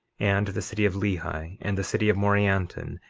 and the city of lehi, and the city of morianton,